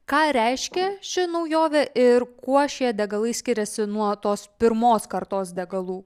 ką reiškia ši naujovė ir kuo šie degalai skiriasi nuo tos pirmos kartos degalų